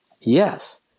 Yes